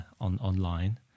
online